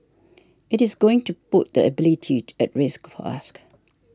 it is going to put that ability at risk for ask